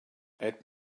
add